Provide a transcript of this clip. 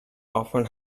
often